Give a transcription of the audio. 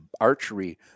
archery